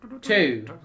Two